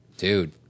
Dude